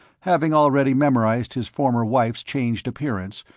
having already memorized his former wife's changed appearance,